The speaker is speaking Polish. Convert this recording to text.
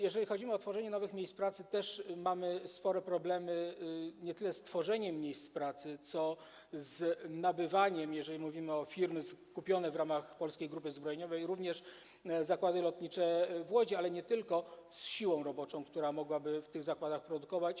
Jeżeli chodzi o tworzenie nowych miejsc pracy, to mamy spore problemy nie tyle z tworzeniem miejsc pracy, co z pozyskiwaniem - jeżeli mamy na myśli firmy kupione w ramach Polskiej Grupy Zbrojeniowej, również zakłady lotnicze w Łodzi, ale nie tylko - siły roboczej, która mogłaby w tych zakładach produkować.